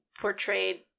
portrayed